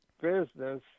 business